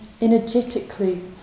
energetically